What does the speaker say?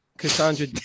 Cassandra